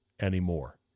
anymore